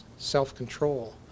self-control